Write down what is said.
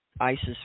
Isis